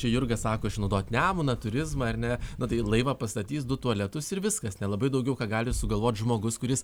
čia jurga sako išnaudot nemuną turizmą ar ne nu tai laivą pastatys du tualetus ir viskas nelabai daugiau ką gali sugalvot žmogus kuris